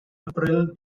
april